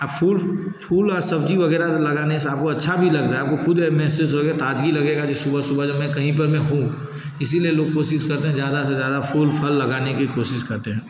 अब फूल फूल आ सब्ज़ी वग़ैरह लगाने से आपको अच्छा भी लग रहा आपको ख़ुद महसूस हो के ताज़गी लगेगा जो सुबह सुबह जो मैं कहीं पर में हूँ इस लिए लोग कोशिश करते हैं ज़्यादा से ज़्यादा फूल फल लगाने की कोशिश करते हैं